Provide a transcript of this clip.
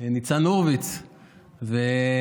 ניצן הורוביץ ודיבר,